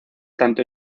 tanto